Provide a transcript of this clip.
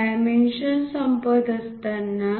dimension संपत असताना